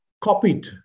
copied